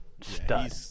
stud